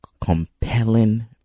compelling